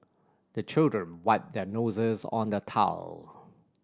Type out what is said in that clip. the children wipe their noses on the towel